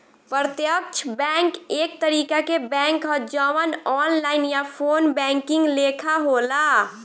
प्रत्यक्ष बैंक एक तरीका के बैंक ह जवन ऑनलाइन या फ़ोन बैंकिंग लेखा होला